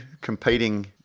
competing